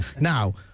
now